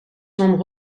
zwom